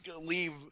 leave